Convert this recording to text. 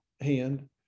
hand